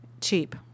cheap